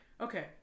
okay